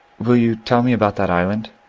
will you tell me about that island?